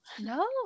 no